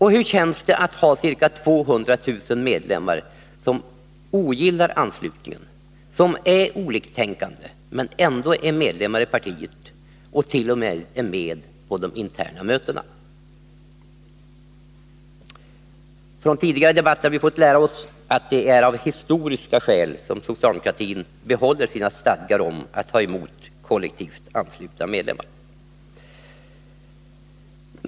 Hur känns det att ha ca 200 000 medlemmar som ogillar anslutningen, som är oliktänkande men ändå är medlemmar i partiet — och t.o.m. är med på de interna mötena? Från tidigare debatter har vi fått lära oss att det är av historiska skäl som socialdemokratin behåller sina stadgar om att ta emot kollektivt anslutna medlemmar.